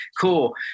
cool